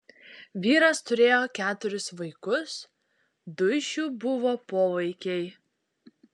vyras turėjo keturis vaikus du iš jų buvo povaikiai